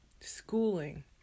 schooling